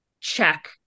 check